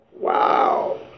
Wow